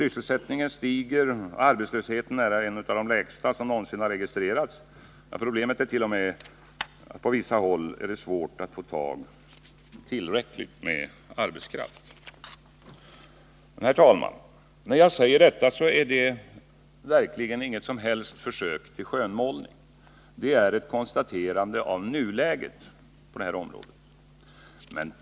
Sysselsättningen stiger och arbetslösheten är en av de lägsta som någonsin har registrerats. Jag tror t.o.m. att problemet på vissa håll är att få tillräckligt med arbetskraft. Herr talman! När jag säger detta är det verkligen inget försök till skönmålning-— det är ett konstaterande av nuläget på detta område.